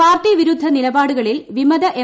party വിരുദ്ധ നിലപാടുകളിൽ വിമത എം